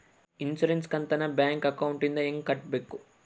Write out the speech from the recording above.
Insurance ಕಂತನ್ನ bank ಅಕೌಂಟಿಂದ ಹೆಂಗ ಕಟ್ಟಬೇಕು?